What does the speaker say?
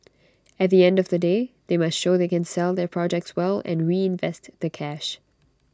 at the end of the day they must show they can sell their projects well and reinvest the cash